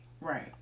right